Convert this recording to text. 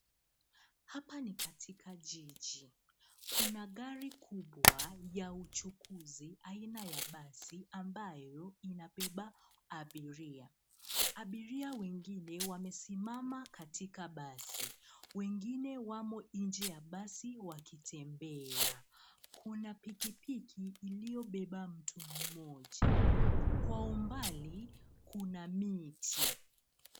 Hapa ni katika jiji. Kuna gari kubwa ya uchukuzi aina ya basi ambayo inabeba abiria. Abiria wengine wamesimama katika basi. Wengine wamo nje ya basi wakitembea. Kuna pikipiki iliyobeba mtu mmoja. Kwa umbali kuna miti.